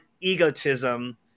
egotism